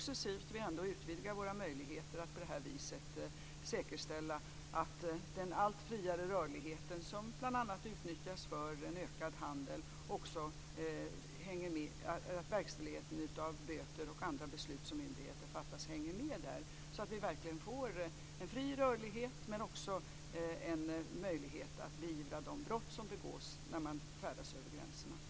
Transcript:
Men vi utvidgar ändå successivt våra möjligheter att på detta vis säkerställa att verkställighet av böter och andra beslut som myndigheter fattar hänger med den allt friare rörlighet som bl.a. utnyttjas för ökad handel, så att vi verkligen får en fri rörlighet men också en möjlighet att beivra de brott som begås när man färdas över gränserna.